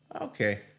Okay